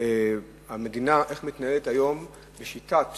המדינה בשיטת